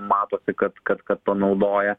matosi kad kad kad panaudoja